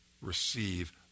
receive